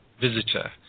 visitor